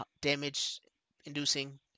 damage-inducing